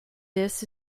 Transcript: this